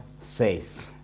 says